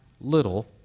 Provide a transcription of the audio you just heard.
little